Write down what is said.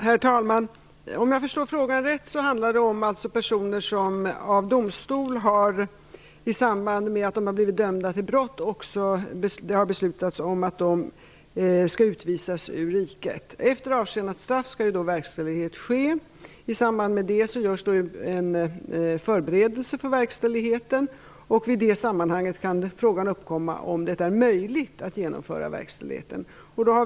Herr talman! Om jag förstår frågan rätt handlar den om personer som i samband med att de har blivit dömda i domstol för brott fått beslut om att de skall utvisas ur riket. Efter avtjänat straff skall verkställighet ske. I samband med detta görs en förberedelse för verkställigheten. I detta sammanhang kan frågan uppkomma om huruvida det är möjligt att genomföra verkställigheten.